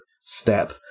step